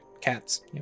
cats